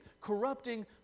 corrupting